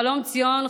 חלום ציון,